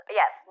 yes